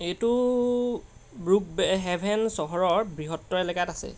এইটোৰ Brookhaven চহৰৰ বৃহত্তৰ এলেকাত আছে